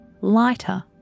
lighter